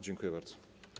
Dziękuję bardzo.